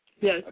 Yes